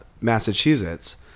Massachusetts